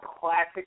classic